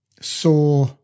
Saw